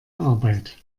arbeit